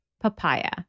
papaya